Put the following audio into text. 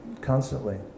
constantly